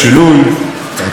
להציע תוספות,